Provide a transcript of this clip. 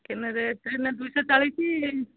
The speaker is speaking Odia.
ଚିକେନ୍ ରେଟ୍ ହେଲା ଦୁଇଶହ ଚାଳିଶ